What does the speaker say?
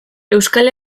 euskal